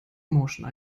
motion